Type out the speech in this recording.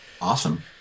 awesome